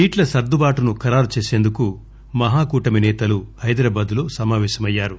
సీట్ల సర్దుబాటు ను ఖరారు చేసందుకు మహాకూటమి నేతలు హైదరాబాద్ లో సమాపేశమయ్యారు